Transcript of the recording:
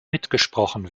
mitgesprochen